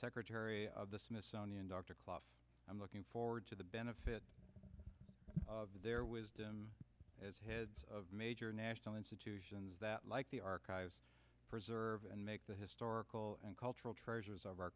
secretary of the smithsonian dr cluff i'm looking forward to the benefit of their wisdom as heads of major national institutions that like the archives preserve and make the historical and cultural treasures of our